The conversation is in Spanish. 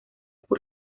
por